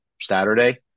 Saturday